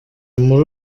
muri